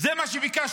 זה מה שביקשנו.